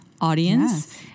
audience